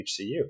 HCU